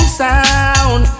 sound